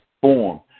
form